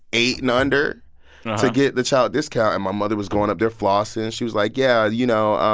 eight and under to get the child discount. and my mother was going up there flossing. she was, like, yeah, you know,